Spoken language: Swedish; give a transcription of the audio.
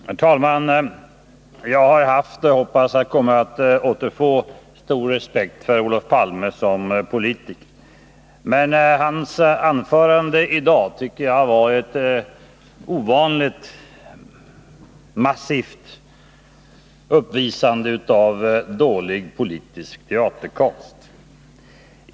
Herr talman! Jag har haft — och hoppas att jag kommer att återfå — stor respekt för Olof Palme som politiker. Men hans anförande i dag tycker jag var ett ovanligt massivt uppvisande av dålig politisk teaterkonst.